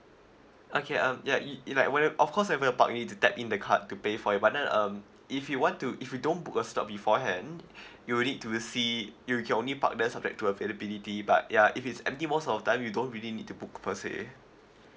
okay um ya it it like when you of course several park you need to tap in the card to pay for it but then um if you want to if you don't book a stop beforehand you will need to see you can only park there subject to availability but ya if it's empty most of time you don't really need to book per say